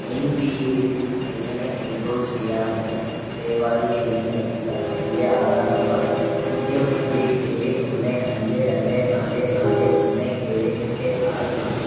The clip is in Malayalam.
എൻ പി എസ്സിൽ എങ്ങനെ എൻറോൾ ചെയ്യാമെന്ന് ദയവായി എന്നെ നയിക്കുക എന്റെ ആധാർ നമ്പർ പൂജ്യം അഞ്ച് ഏഴ് ഒന്ന് അഞ്ച് രണ്ട് നാല് നാല് ഒന്ന് ഏഴ് എട്ട് ആറ് ആണ്